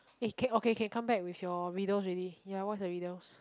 eh K okay K come back with your riddles already ya what's your riddles